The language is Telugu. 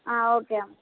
ఓకే అమ్మ